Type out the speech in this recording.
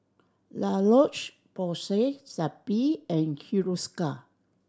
La Roche Porsay Zappy and Hiruscar